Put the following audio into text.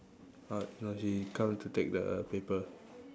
uh no he come to take the paper